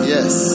Yes